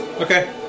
Okay